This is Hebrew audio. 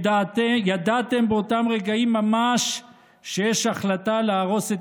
ידעתם באותם רגעים ממש שיש החלטה להרוס את